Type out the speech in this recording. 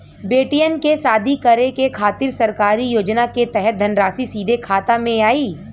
बेटियन के शादी करे के खातिर सरकारी योजना के तहत धनराशि सीधे खाता मे आई?